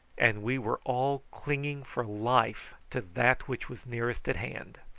and we were all clinging for life to that which was nearest at hand.